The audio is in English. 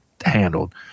handled